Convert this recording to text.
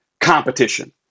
competition